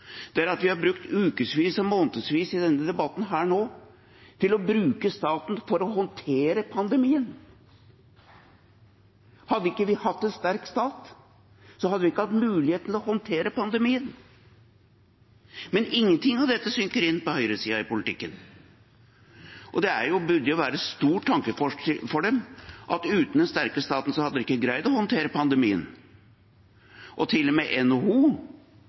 at vi har brukt ukesvis og månedsvis i denne debatten til å bruke staten for å håndtere pandemien. Hadde vi ikke hatt en sterk stat, hadde vi ikke hatt mulighet til å håndtere pandemien, men ingenting av dette synker inn på høyresiden i politikken. Det burde være et stort tankekors for dem at uten den sterke staten hadde vi ikke greid å håndtere pandemien. Til og med NHO